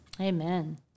Amen